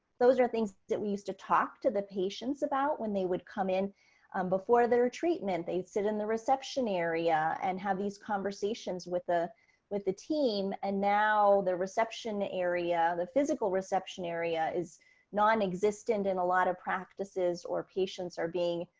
those are things that we used to talk to the patients about when they would come in before their treatment, they sit in the reception area and have these conversations with ah with the team. and now the reception area, the physical reception area is non-existent in a lot of practices or patients are being,